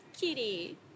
kitty